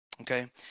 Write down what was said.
okay